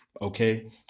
Okay